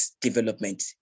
development